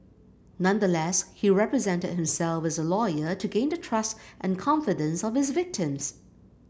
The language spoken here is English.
nonetheless he represented himself as a lawyer to gain the trust and confidence of his victims